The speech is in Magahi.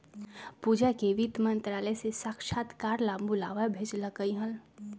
पूजा के वित्त मंत्रालय से साक्षात्कार ला बुलावा भेजल कई हल